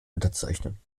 unterzeichnen